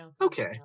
Okay